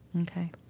Okay